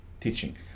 teaching